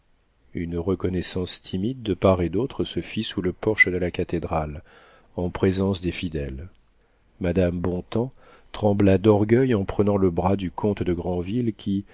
une reconnaissance timide de part et d'autre se fit sous le porche de la cathédrale en présence des fidèles madame bontems trembla d'orgueil en prenant le bras du comte de granville qui